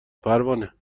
پروانه